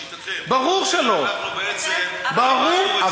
לשיטתכם, אנחנו בעצם למדנו, ברור שלא.